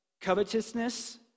covetousness